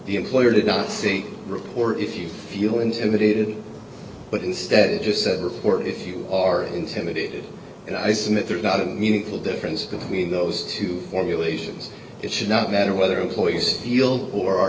the employer did not see or if you feel intimidated but instead just said report if you are intimidated and i submit there is not a meaningful difference between those two formulations it should not matter whether employees feel or